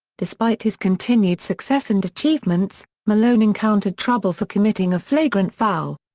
despite his continued success and achievements, malone encountered trouble for committing a flagrant foul.